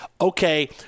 okay